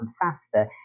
faster